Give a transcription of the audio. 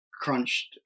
crunched